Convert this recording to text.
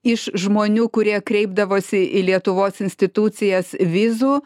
iš žmonių kurie kreipdavosi į lietuvos institucijas vizų